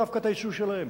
דווקא את היצוא שלהם?